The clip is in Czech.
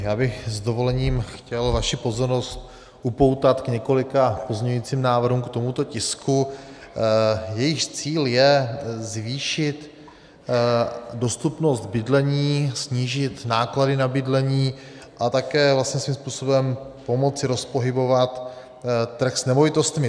Já bych s dovolením chtěl vaši pozornost upoutat k několika pozměňujícím návrhům k tomuto tisku, jejichž cíl je zvýšit dostupnost bydlení, snížit náklady na bydlení a také vlastně svým způsobem pomoci rozpohybovat trh s nemovitostmi.